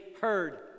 heard